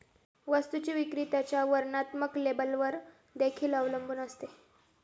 वस्तूची विक्री त्याच्या वर्णात्मक लेबलवर देखील अवलंबून असते